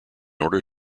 order